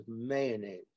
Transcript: mayonnaise